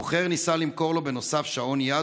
המוכר ניסה למכור לו בנוסף שעון יד,